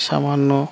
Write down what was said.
সামান্য